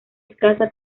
escasa